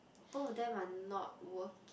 both of them are not working